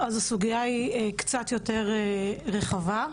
אז הסוגייה היא קצת יותר רחבה.